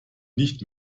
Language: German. nicht